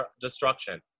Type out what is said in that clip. destruction